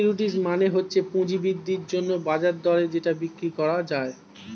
securities মানে হচ্ছে পুঁজি বৃদ্ধির জন্যে বাজার দরে যেটা বিক্রি করা যায়